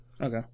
Okay